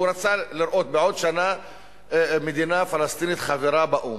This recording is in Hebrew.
שהוא רוצה לראות בעוד שנה מדינה פלסטינית חברה באו"ם.